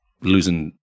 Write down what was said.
losing